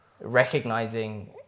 recognizing